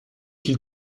qu’il